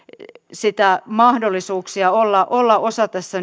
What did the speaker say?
mahdollisuuksia olla olla osa tässä